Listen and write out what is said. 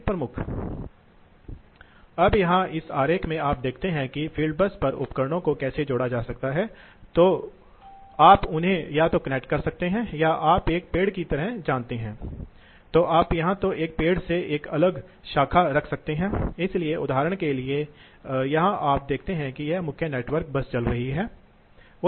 लेकिन यह शायद ही कभी इस तथ्य के कारण उपयोग किया जाता है कि प्रवाह स्पंदन होगा और आप जानते हैं कि इस तरह के पंखे आमतौर पर औद्योगिक प्रक्रियाओं के लिए उपयोग किए जाते हैं हमें ज़रूरत है हम उन्हें दहन जैसी चीजों के लिए ठंडा करने के लिए उपयोग करते हैं इसलिए भट्ठी में क्या होगा कुछ समय के लिए अचानक बहुत हवा आएगी इसलिए जब बहुत सारी हवा आएगी अगर वहाँ है तो देखें कि हम क्या करना चाहते हैं हम चाहते हैं हम ईंधन दे रहे हैं और हम हवा दे रहे हैं